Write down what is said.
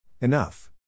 Enough